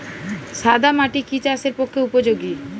সাদা মাটি কি চাষের পক্ষে উপযোগী?